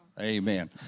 Amen